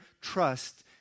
trust